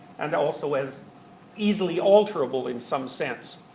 and also as easily alterable, in some sense.